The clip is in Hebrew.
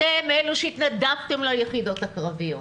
אתם אלה שהתנדבתם ליחידות הקרביות,